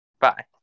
Bye